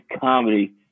comedy